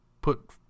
put